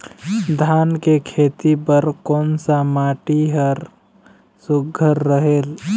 धान के खेती बर कोन सा माटी हर सुघ्घर रहेल?